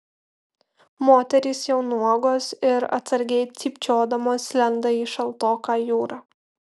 moterys jau nuogos ir atsargiai cypčiodamos lenda į šaltoką jūrą